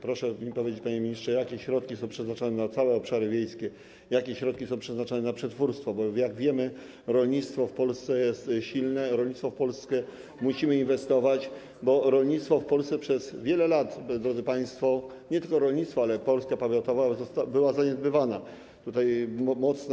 Proszę mi powiedzieć, panie ministrze, jakie środki są przeznaczone na całe obszary wiejskie, jakie środki są przeznaczone na przetwórstwo, bo jak wiemy, rolnictwo w Polsce jest silne, w rolnictwo w Polsce musimy inwestować, bo rolnictwo w Polsce przez wiele lat, drodzy państwo, nie tylko rolnictwo, ale Polska powiatowa, było zaniedbywane.